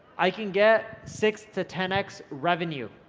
i can get six to ten x revenue.